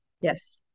Yes